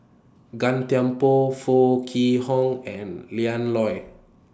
Gan Thiam Poh Foo Kwee Horng and Lian Loy